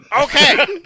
Okay